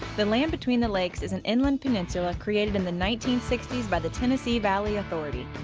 the land between the lakes is an inland peninsula created in the nineteen sixty s by the tennessee valley authority.